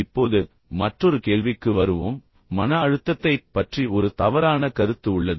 இப்போது மற்றொரு கேள்விக்கு வருவோம் மன அழுத்தத்தைப் பற்றி ஒரு தவறான கருத்து உள்ளது